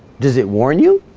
does it warn you